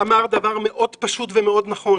אמר דבר מאוד פשוט ומאוד נכון,